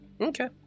Okay